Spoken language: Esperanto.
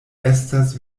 estas